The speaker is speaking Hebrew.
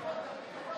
בבקשה.